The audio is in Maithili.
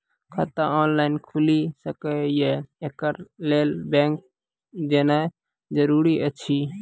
खाता ऑनलाइन खूलि सकै यै? एकरा लेल बैंक जेनाय जरूरी एछि?